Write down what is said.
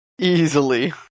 Easily